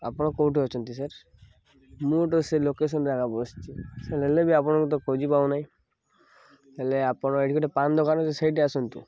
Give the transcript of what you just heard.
ଆପଣ କେଉଁଠି ଅଛନ୍ତି ସାର୍ ମୁଁ ତ ସେ ଲୋକେସନରେ ଏକା ବସିଛି ସାର୍ ହେଲେ ବି ଆପଣଙ୍କୁ ତ ଖୋଜି ପାଉନାହିଁ ହେଲେ ଆପଣ ଏଠି ଗୋଟେ ପାନ ଦୋକାନ ଅଛି ସେଇଠି ଆସନ୍ତୁ